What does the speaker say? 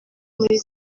muri